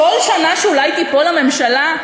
כל שנה שאולי תיפול הממשלה?